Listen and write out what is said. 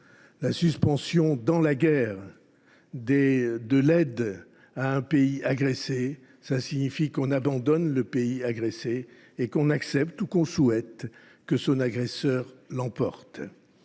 la suspension, dans la guerre, de l’aide à un pays agressé, cela signifie qu’on abandonne celui ci et qu’on accepte – ou qu’on souhaite – que son agresseur l’emporte.